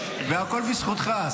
והכול בזכותך,